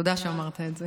תודה שאמרת את זה.